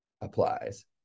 applies